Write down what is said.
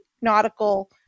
nautical